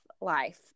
life